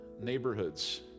neighborhoods